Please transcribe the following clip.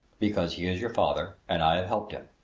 because he is your father and i have helped him,